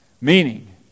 Meaning